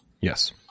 yes